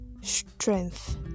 strength